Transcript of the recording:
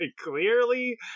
clearly